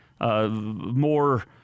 more